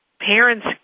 parents